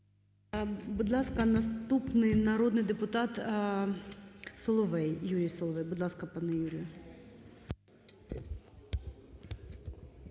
Будь ласка, наступний народний депутат Соловей,